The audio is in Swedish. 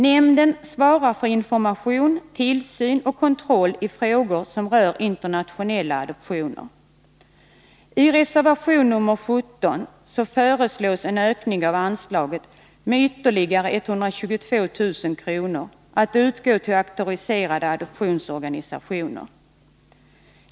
Nämnden svarar för information, tillsyn och kontroll i frågor som rör internationella adoptioner. I reservation nr 17 föreslås en ökning av anslaget med ytterligare 122 000 kr., att utgå till auktoriserade adoptionsorganisationer.